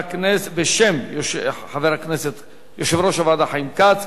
בשם יושב-ראש הוועדה חיים כץ,